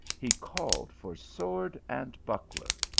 he called for sword and buckler.